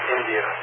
India